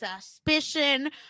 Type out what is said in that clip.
suspicion